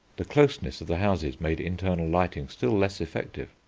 the closeness of the houses made internal lighting still less effective.